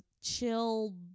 chill